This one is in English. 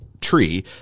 tree